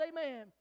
Amen